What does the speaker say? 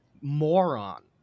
moron